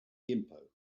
gimpo